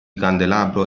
candelabro